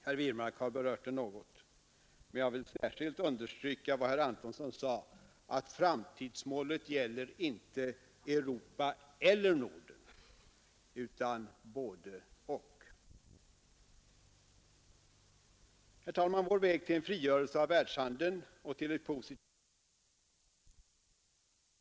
Herr Wirmark berörde också den frågan, men jag vill särskilt understryka vad herr Antonsson sade, nämligen att framtidsmålet gäller inte Europa eller Norden utan både—och. Herr talman! Vår väg till en frigörelse av världshandeln och till ett positivt samarbete med utvecklingsländerna går inte utanför EEC utan genom EEC. Det är ett sådant samarbete som vi eftersträvar.